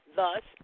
Thus